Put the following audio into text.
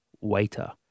waiter